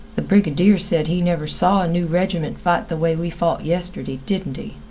the brigadier said he never saw a new reg'ment fight the way we fought yestirday, didn't he?